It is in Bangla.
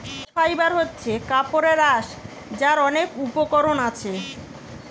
বাস্ট ফাইবার হচ্ছে কাপড়ের আঁশ যার অনেক উপকরণ আছে